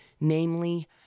Namely